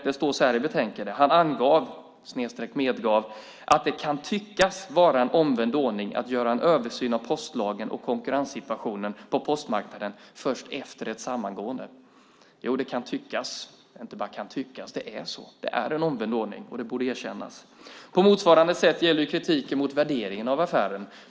Det står så här i betänkandet: "Han angav att det kan tyckas vara en omvänd ordning att göra översyn av postlagen och konkurrenssituationen på postmarknaden först efter ett samgående." Det kan inte bara tyckas, utan det är så. Det är en omvänd ordning, och det borde erkännas. Samma sak gäller kritiken mot värderingen av affären.